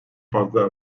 fazla